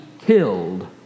killed